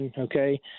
okay